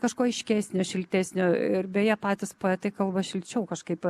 kažko aiškesnio šiltesnio ir beje patys poetai kalba šilčiau kažkaip